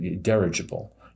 dirigible